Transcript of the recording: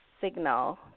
signal